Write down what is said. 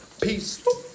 Peace